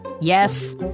Yes